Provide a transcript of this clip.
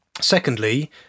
secondly